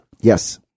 Yes